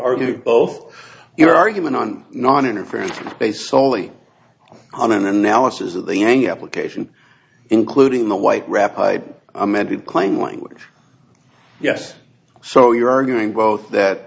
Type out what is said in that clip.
argued both your argument on noninterference based solely on an analysis of the any application including the white rap i amended claim language yes so you're arguing both that